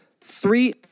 three